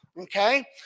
Okay